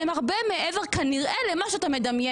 ולכן היא לכאורה כללית.